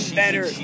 better